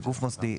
לגוף מוסדי,